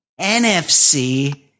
NFC